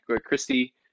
Christy